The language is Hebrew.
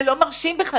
זה לא מרשים בכלל.